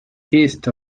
east